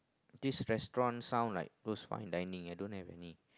this restaurant sound like those fine dining I don't have any